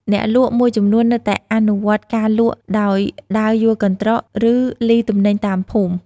អ្នកលក់មួយចំនួននៅតែអនុវត្តការលក់ដោយដើរយួរកន្ត្រក ឬលីទំនិញតាមភូមិ។